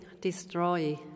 destroy